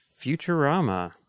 Futurama